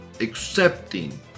accepting